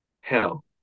hell